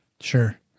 Sure